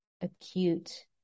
acute